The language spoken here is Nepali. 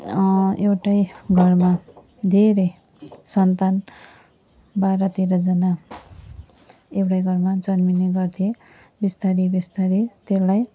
एउटै घरमा धेरै सन्तान बाह्र तेह्रजना एउटै घरमा जन्मिने गर्थे बिस्तारै बिस्तारै त्यसलाई